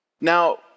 Now